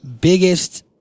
biggest